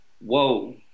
whoa